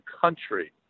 country